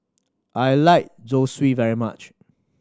I like Zosui very much